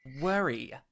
worry